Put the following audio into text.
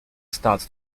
starts